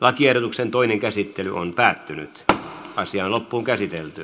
lakiehdotuksen toinen käsittely päättyi